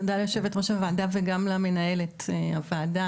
תודה ליושבת ראש הוועדה וגם למנהלת הוועדה,